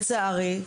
לצערי,